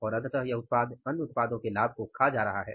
और अंततः यह उत्पाद अन्य उत्पादों के लाभ को खा रहा है